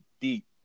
deep